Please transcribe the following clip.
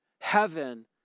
Heaven